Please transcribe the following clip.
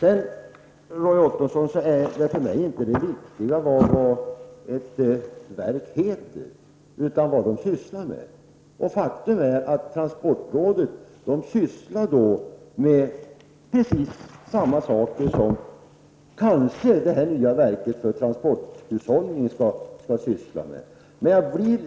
Det viktiga för mig är inte vad ett verk heter, utan vad det sysslar med, Roy Ottosson. Faktum är att transportrådet arbetar med samma saker som det nya verket för transporthushållning kanske skall arbeta med. Jag blir